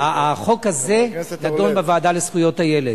החוק הזה נדון בוועדה לזכויות הילד.